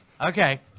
Okay